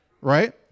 Right